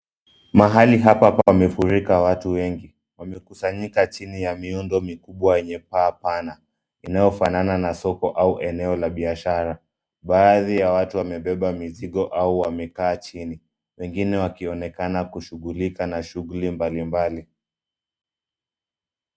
Mahali hapa pamefurika watu wengi. Wamekusanyika chini ya vyumba vyenye paa pana linafanana na soko au eneo la biashara baadhi ya watu wamebeba mizigo au wamekaa chini wengine wakionekana kushugulika na shughuli mbalimbali